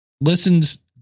Listens